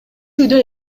үйдө